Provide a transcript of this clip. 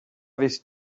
vez